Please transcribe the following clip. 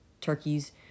turkeys